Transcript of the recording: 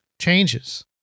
changes